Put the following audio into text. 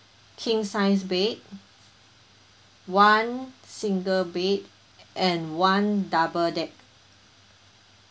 king size bed one single bed and one double deck